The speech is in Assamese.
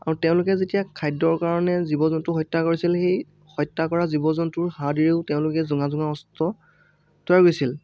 আৰু তেওঁলোকে যেতিয়া খাদ্যৰ কাৰণে জীৱ জন্তু হত্যা কৰিছিল সেই হত্যা কৰা জীৱ জন্তুৰ হাৰ্ডিৰেও তেওঁলোকে জোঙা জোঙা অস্ত্ৰ তৈয়াৰ কৰিছিল